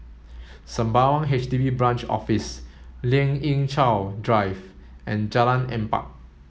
Sembawang H D B Branch Office Lien Ying Chow Drive and Jalan Empat